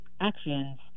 actions